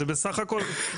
זה בסך הכל,